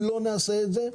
אם לא נעשה את זה,